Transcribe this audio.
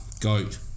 goat